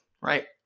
right